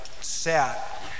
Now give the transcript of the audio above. sat